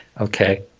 Okay